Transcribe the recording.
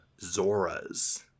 Zoras